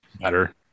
better